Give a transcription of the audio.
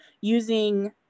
using